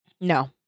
No